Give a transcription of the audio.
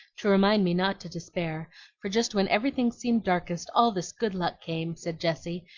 to remind me not to despair for just when everything seemed darkest, all this good luck came, said jessie,